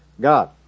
God